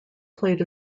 played